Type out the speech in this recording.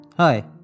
Hi